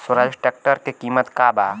Swaraj tractor के किमत का बा?